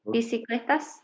Bicicletas